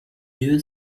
you